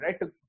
right